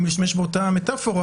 אם נשתמש באותה מטאפורה,